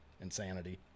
insanity